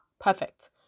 perfect